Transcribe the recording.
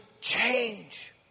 change